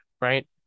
Right